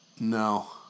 No